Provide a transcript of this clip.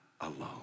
alone